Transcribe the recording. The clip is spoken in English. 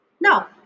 now